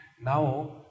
now